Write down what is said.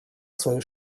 свою